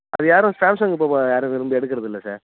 அது யாரும் சாம்சங் இப்போ யாரும் விரும்பி எடுக்கிறதில்ல சார்